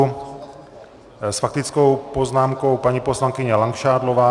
S faktickou poznámkou paní poslankyně Langšádlová.